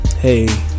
hey